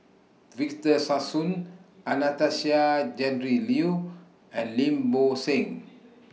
Victor Sassoon Anastasia Tjendri Liew and Lim Bo Seng